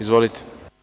Izvolite.